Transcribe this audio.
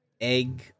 egg